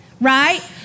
Right